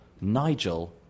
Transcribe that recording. Nigel